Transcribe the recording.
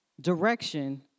direction